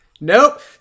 Nope